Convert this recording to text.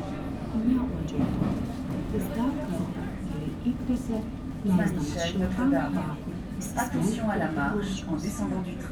neuodžiau to jis dar kartą giliai įkvėpė leisdamas šiltam kvapui įsismelkti į plaučius